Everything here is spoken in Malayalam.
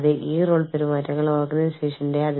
അതിനാൽ ഈ വ്യതിയാനങ്ങൾ എങ്ങനെ കണക്കാക്കാം